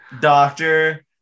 doctor